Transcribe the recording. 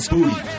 Booty